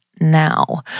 now